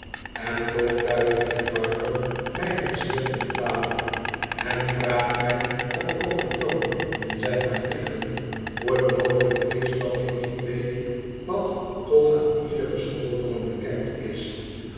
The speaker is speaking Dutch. en toch duidt de heer barlow mij dit zeer ten kwade en vraagt mij op h o ogen toon in zijne artikelen hoe het mogelijk is dat ik niet weet wat toch aan iederen schooljongen bekend is